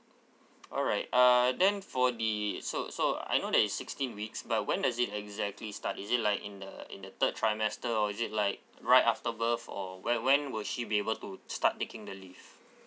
alright uh then for the so so I know that it's sixteen weeks but when does it exactly start is it like in the in the third trimester or is it like right after birth or wh~ when will she be able to start taking the leave